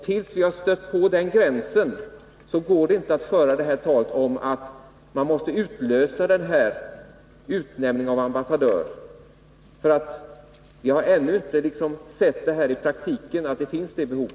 Tills vi har stött på den gränsen går det inte att säga att vi måste utnämna en ambassadör. Vi har ännu inte i praktiken sett att det finns ett sådant behov.